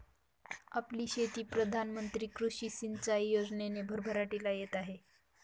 आपली शेती प्रधान मंत्री कृषी सिंचाई योजनेने भरभराटीला येत आहे